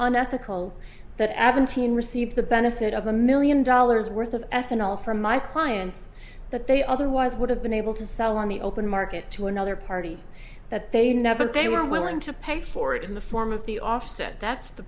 an ethical that evan teen receive the benefit of a million dollars worth of ethanol from my clients that they otherwise would have been able to sell on the open market to another party that they never they were willing to pay for it in the form of the offset that's the